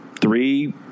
three